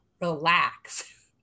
relax